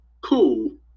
cool